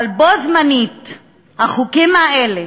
אבל בו בזמן החוקים האלה